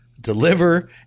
deliver